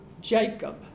Jacob